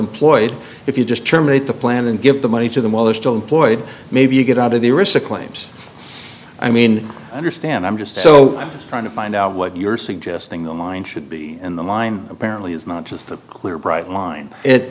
employed if you just terminate the plan and give the money to them while they're still employed maybe you get out of the arista claims i mean understand i'm just so i'm just trying to find out what you're suggesting the mind should be in the mind apparently is not just a clear bright line it